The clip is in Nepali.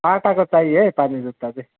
टाटाको चाहियो है पानी जुत्ता चाहिँ